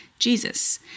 Jesus